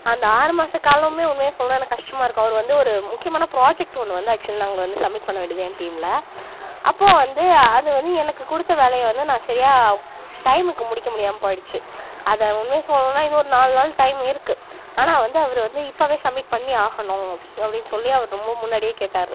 அந்த ஆறு மாத காலமுமே உண்மையை சொல்லணும்னால் எனக்கு கஷ்டமாக இருக்கும் அவர் வந்து ஒரு முக்கியமான ப்ராஜெக்ட் ஒன்று வந்து ஆக்சுவலாக நாங்கள் வந்து சமிட் பண்ண வேண்டியது என் டீமில் அப்போது வந்து அது வந்து எனக்கு கொடுத்த வேலையை வந்து நான் சரியாக டைமுக்கு முடிக்க முடியாமல் போயிடுச்சு அதை உண்மையை சொல்லணுன்னால் இன்னும் ஒரு நாலு நாள் டைம் இருக்குது ஆனால் வந்து அவர் வந்து இப்போவே சமிட் பண்ணி ஆகணும் அப்படின்னு சொல்லி அவர் ரொம்ப முன்னாடியே கேட்டார்